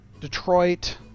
Detroit